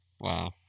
Wow